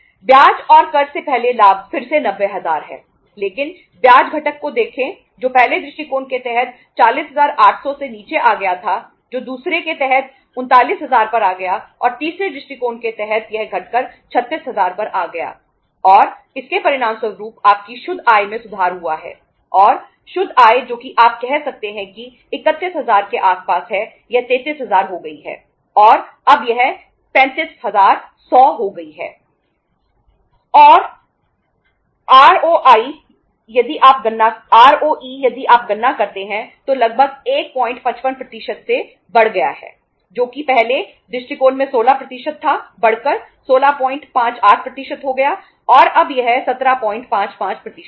ब्याज और कर से पहले लाभ फिर से 90000 है लेकिन ब्याज घटक को देखें जो पहले दृष्टिकोण के तहत 40800 से नीचे आ गया है जो दूसरे के तहत 39000 पर आ गया और तीसरे दृष्टिकोण के तहत यह घटकर 36000 पर आ गया और इसके परिणामस्वरूप आपकी शुद्ध आय में सुधार हुआ है और शुद्ध आय जो कि आप कह सकते हैं कि 31000 के आसपास है यह 33000 हो गई है और अब यह 35100 हो गई है